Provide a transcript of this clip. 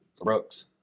Brooks